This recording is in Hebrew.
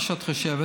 מה שאת חושבת.